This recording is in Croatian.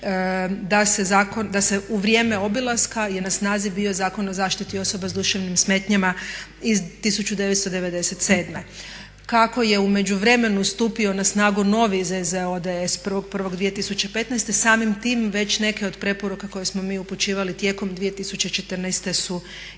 da se u vrijeme obilaska je na snazi bio Zakon o zaštiti osoba sa duševnim smetnjama iz 1997. Kako je u međuvremenu stupio na snagu novi …/Govornica se ne razumije./… 1.1.2015. samim tim već neke od preporuka koje smo mi upućivali tijekom 2014. su ispravljene.